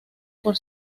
por